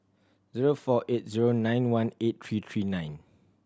zero four eight zero nine one eight three three nine